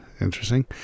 Interesting